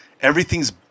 everything's